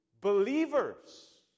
believers